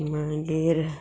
मागीर